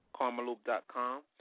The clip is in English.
KarmaLoop.com